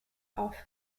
auf